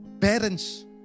parents